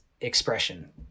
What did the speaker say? expression